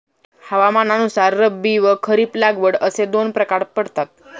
हवामानानुसार रब्बी व खरीप लागवड असे दोन प्रकार पडतात